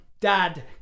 Dad